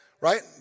right